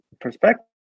perspective